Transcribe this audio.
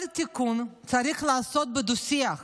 כל תיקון צריך לעשות בדו-שיח,